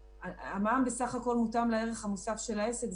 המע"מ בסך הכול מותאם לערך המוסף של העסק,